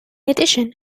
addition